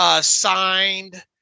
signed